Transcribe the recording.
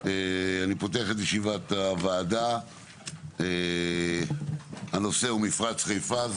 אני פותח את ישיבת הוועדה בנושא מפרץ חיפה.